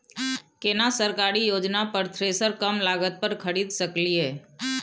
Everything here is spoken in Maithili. केना सरकारी योजना पर थ्रेसर कम लागत पर खरीद सकलिए?